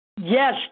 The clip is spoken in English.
Yes